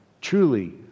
truly